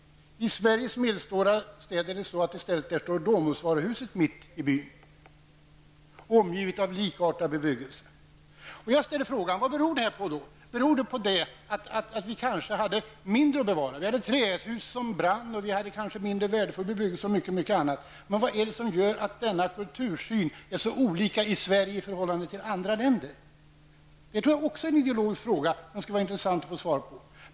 I Sveriges medelstora städer står i stället Domusvaruhuset mitt i byn omgivet av likartad bebyggelse. Jag undrar vad detta beror på. Beror det på att vi hade mindre att bevara? Vi hade trähus som brunnit, och vi hade kanske mindre värdefull bebyggelse, osv. Men vad är det som gör att kultursynen skiljer sig åt så mycket i Sverige jämfört med andra länder? Det tror jag också är en ideologisk fråga som jag tycker att det skulle vara intressant att få svar på.